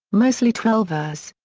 mostly twelvers.